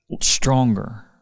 stronger